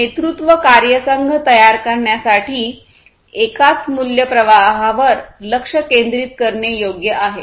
नेतृत्व कार्यसंघ तयार करण्यासाठी एकाच मूल्य प्रवाहावर लक्ष केंद्रित करणे योग्य आहे